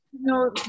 No